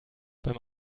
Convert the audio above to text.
beim